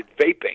vaping